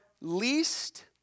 least